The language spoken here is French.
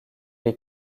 est